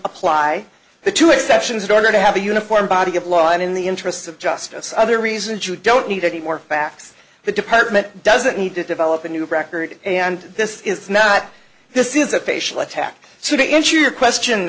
apply the two exceptions in order to have a uniform body of law and in the interests of justice other reasons you don't need any more facts the department doesn't need to develop a new record and this is not this is a facial attack to get into your question